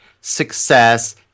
success